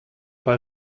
bei